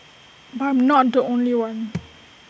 but I'm not the only one